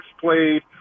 played